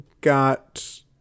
got